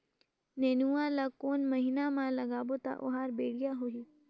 नेनुआ ला कोन महीना मा लगाबो ता ओहार बेडिया होही?